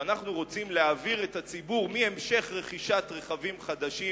שאנחנו רוצים להעביר את הציבור מהמשך רכישת רכבים חדשים